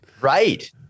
right